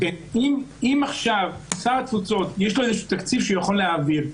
אם עכשיו לשר התפוצות יש תקציב שהוא יכול להעביר,